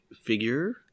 figure